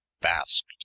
basked